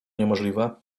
niemożliwe